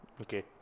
Okay